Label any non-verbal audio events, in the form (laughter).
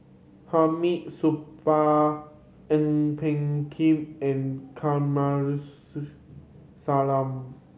Hamid Supaat Ang Peng Tiam and Kamsari (unintelligible) Salam